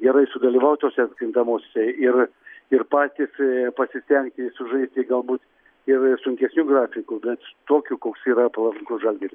gerai sudalyvaut tose atkrintamosiose ir ir patys pasistengti sužaisti galbūt ir sunkesniu grafiku bet tokiu koks yra palankus žalgiriui